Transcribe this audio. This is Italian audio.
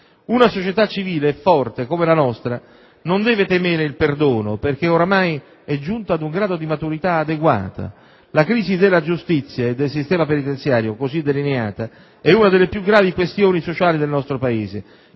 Una società civile e forte come la nostra non deve temere il perdono, perché oramai è giunta ad un grado di maturità adeguata. La crisi della giustizia e del sistema penitenziario, così delineata, è una delle giù gravi questioni sociali del nostro Paese